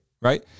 right